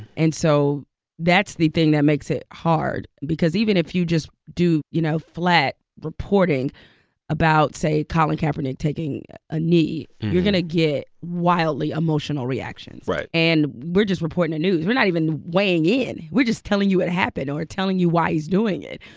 and so that's the thing that makes it hard because even if you just do, you know, flat reporting about, say, colin kaepernick taking a knee, you're going to get wildly emotional reactions right and we're just reporting the news. we're not even weighing in. we're just telling you it happened or telling you why he's doing it,